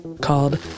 called